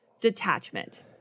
detachment